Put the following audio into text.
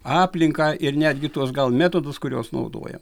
aplinką ir netgi tuos gal metodus kuriuos naudojam